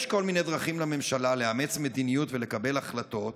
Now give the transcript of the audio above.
יש כל מיני דרכים לממשלה לאמץ מדיניות ולקבל החלטות